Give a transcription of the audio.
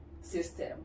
system